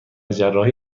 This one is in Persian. جراحی